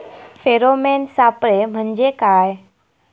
Pheromone सापळे म्हंजे काय?